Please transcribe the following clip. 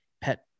pet